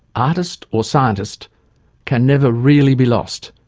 artist or scientist can never really be lost,